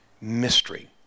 mystery